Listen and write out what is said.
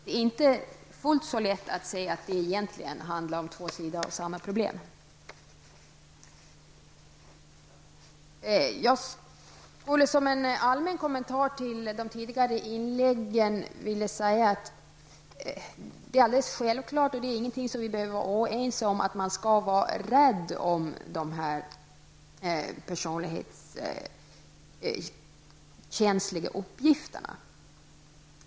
Det är inte fullt så lätt att se att det egentligen handlar om två sidor av samma problem. Som en allmän kommentar till de tidigare inläggen skulle jag vilja säga att det är självklart och att vi inte behöver vara oense om att man skall vara rädd om de här personlighetskänsliga uppgifterna.